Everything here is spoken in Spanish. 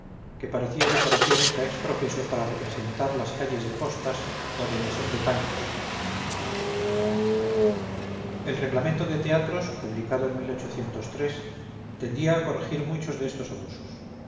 que parecía decoración hecha ex profeso para representar las calles de postas o de mesón de paños el reglamento de teatros publicado en tendía a corregir muchos de estos abusos